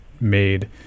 made